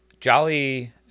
Jolly